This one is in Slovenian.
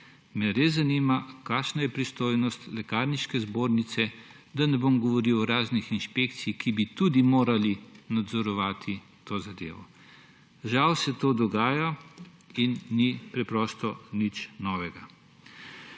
me res zanima, kakšna je pristojnost Lekarniške zbornice, da ne bom govoril o raznih inšpekcijah, ki bi tudi morale nadzorovati to zadevo. Žal se to dogaja in ni preprosto nič novega.